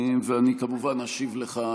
ואני כמובן אשיב לך